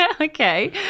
Okay